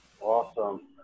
Awesome